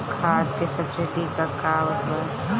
खाद के सबसिडी क हा आवत बा?